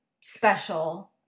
special